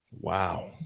Wow